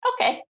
okay